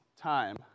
time